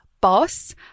boss